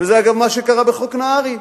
וזה אגב מה שקרה בחוק נהרי,